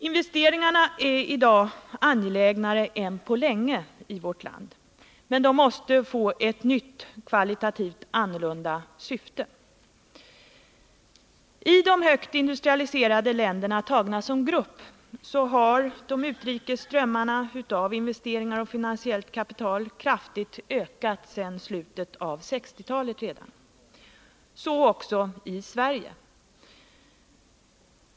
Investeringarna i Sverige framstår i dag såsom angelägnare än på länge, men de måste få ett nytt och kvalitativt annat syfte. I de högt industrialiserade länderna tagna såsom grupp har de utrikes strömmarna av investeringar och finansiellt kapital ökat kraftigt sedan slutet av 1960-talet. Så också i Sverige.